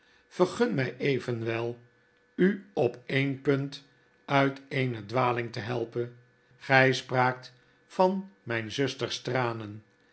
vergun my evenwel u op een punt uit eene dwaling te helpen gy spraakt van myn zusters